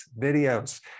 videos